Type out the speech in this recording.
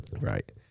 Right